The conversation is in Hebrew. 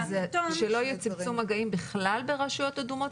שלא יהיה צמצום מגעים בכלל ברשויות אדמות?